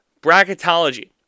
bracketology